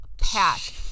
pack